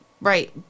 Right